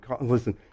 Listen